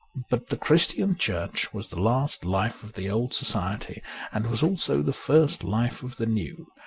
but the christian church was the last life of the old society and was also the first life of the new.